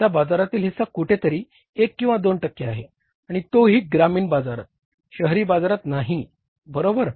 त्यांचा बाजारातील हिस्सा कुठेतरी 1 किंवा 2 टक्के आहे आणि तोही ग्रामीण बाजारात शहरी बाजारात नाही बरोबर